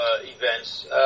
events